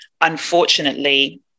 unfortunately